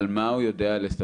על מה הוא יודע לספר.